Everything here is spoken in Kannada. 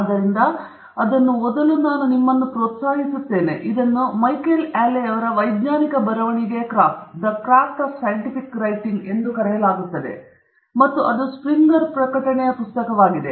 ಆದ್ದರಿಂದ ನಾನು ಅದನ್ನು ನೋಡಲು ನಿಮ್ಮನ್ನು ಪ್ರೋತ್ಸಾಹಿಸುತ್ತೇನೆ ಇದನ್ನು ಮಿಷೆಲ್ ಅಲ್ಲೆಯವರು ವೈಜ್ಞಾನಿಕ ಬರವಣಿಗೆಯ ಕ್ರಾಫ್ಟ್ ಎಂದು ಕರೆಯಲಾಗುತ್ತದೆ ಮತ್ತು ಅದು ಸ್ಪ್ರಿಂಗರ್ ಪ್ರಕಟಣೆ ಪುಸ್ತಕವಾಗಿದೆ